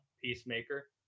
Peacemaker